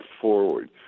forward